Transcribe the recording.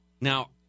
Now